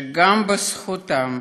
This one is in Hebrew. שגם בזכותם